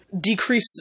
decrease